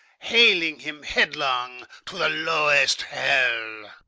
haling him headlong to the lowest hell!